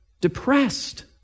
depressed